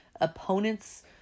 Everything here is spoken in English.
opponents